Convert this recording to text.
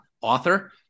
author